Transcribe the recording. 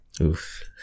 Oof